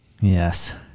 Yes